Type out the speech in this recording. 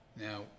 Now